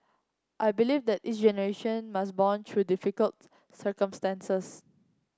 I believe that each generation must bond through different circumstances